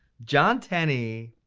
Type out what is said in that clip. john tenney.